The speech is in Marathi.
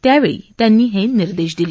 त्यावेळी त्यांनी हे निर्देश दिले